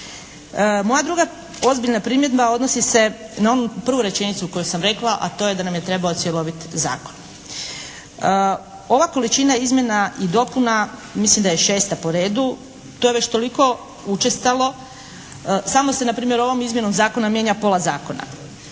Moja ozbiljna druga primjedba odnosi se na onu prvu rečenicu koju sam rekla, a to je da nam je trebao cjelovit zakon. Ova količina izmjena i dopuna mislim da je šesta po redu. To je već toliko učestalo. Samo se npr. ovom izmjenom zakona mijenja pola zakona.